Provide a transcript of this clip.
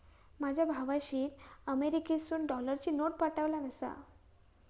माझ्या भावाशीन अमेरिकेतसून डॉलरची नोट पाठवल्यान आसा